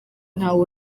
ntawe